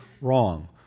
wrong